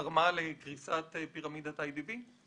תרמה לקריסת פירמידת איי די בי?